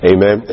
Amen